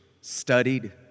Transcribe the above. studied